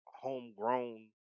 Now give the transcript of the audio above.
homegrown